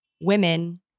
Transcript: women